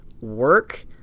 work